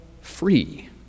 free